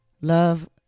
love